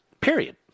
period